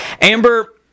Amber